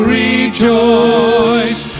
rejoice